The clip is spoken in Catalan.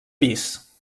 pis